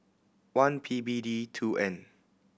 one P B D two N